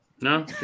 no